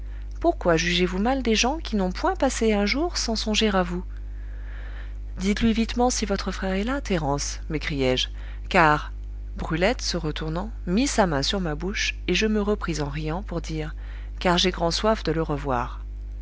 pourquoi jugez-vous mal des gens qui n'ont point passé un jour sans songer à vous dites-lui vitement si votre frère est là thérence m'écriai-je car brulette se retournant mit sa main sur ma bouche et je me repris en riant pour dire car j'ai grand'soif de le revoir